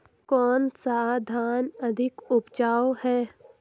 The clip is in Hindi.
कौन सा धान अधिक उपजाऊ है?